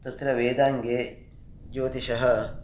तत्र वेदाङ्गे ज्योतिषः